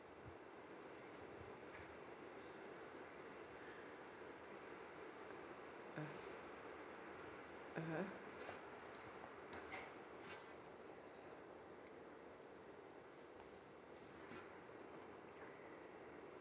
mm mmhmm